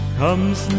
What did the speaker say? comes